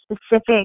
specific